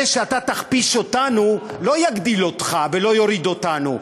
זה שאתה תכפיש אותנו לא יגדיל אותך ולא יוריד אותנו.